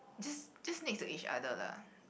just just next to each other lah